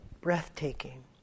breathtaking